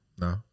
no